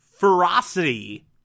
ferocity